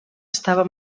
estava